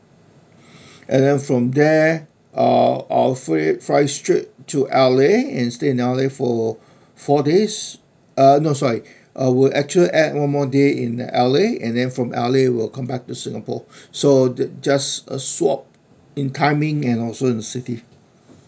and then from there uh I'll flee fly straight to L_A and stay in L_A for four days uh no sorry I would actually add one more day in the L_A and then from L_A we'll come back to singapore so that just a swap in timing and also the city